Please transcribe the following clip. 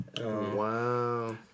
wow